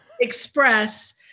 Express